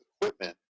equipment